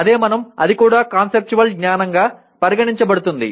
అదే మనం అది కూడా కాన్సెప్చువల్ జ్ఞానంగా పరిగణించబడుతుంది